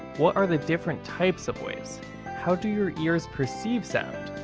what are the different types of waves how do your ears perceive sound,